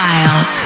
Wild